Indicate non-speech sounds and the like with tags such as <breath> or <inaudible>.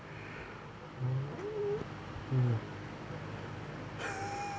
<breath> mm mm mm <laughs>